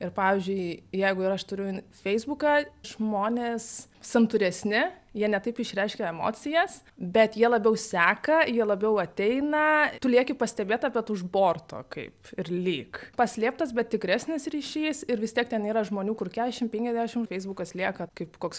ir pavyzdžiui jeigu ir aš turiu feisbuką žmonės santūresni jie ne taip išreiškia emocijas bet jie labiau seka jie labiau ateina tu lieki pastebėta bet už borto kaip ir lyg paslėptas bet tikresnis ryšys ir vis tiek ten yra žmonių kur keturiasdešim penkiasdešim feisbukas lieka kaip koks